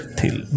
till